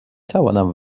توانم